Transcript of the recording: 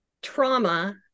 trauma